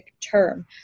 term